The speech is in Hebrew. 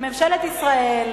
שממשלת ישראל,